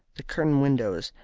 the curtained windows,